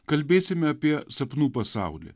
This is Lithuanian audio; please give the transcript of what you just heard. kalbėsime apie sapnų pasaulį